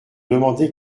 demander